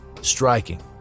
striking